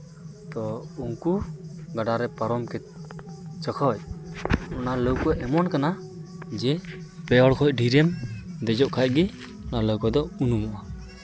ᱛᱚ ᱩᱱᱠᱩ ᱜᱟᱰᱟ ᱨᱮ ᱯᱟᱨᱚᱢ ᱡᱚᱠᱷᱚᱡᱽ ᱚᱱᱟ ᱞᱟᱹᱣᱠᱟᱹ ᱮᱢᱚᱱ ᱠᱟᱱᱟ ᱡᱮ ᱯᱮ ᱦᱚᱲ ᱠᱷᱚᱡ ᱰᱷᱮᱨᱮᱢ ᱫᱮᱡᱚᱜ ᱠᱷᱟᱡᱽ ᱜᱮ ᱚᱱᱟ ᱞᱟᱹᱣᱠᱟᱹ ᱫᱚ ᱩᱱᱩᱢᱚᱜᱼᱟ